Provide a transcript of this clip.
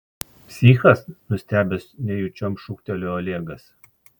psichas nustebęs nejučiom šūktelėjo olegas